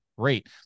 Great